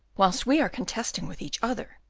whilst we are contesting with each other,